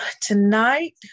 tonight